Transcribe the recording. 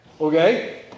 okay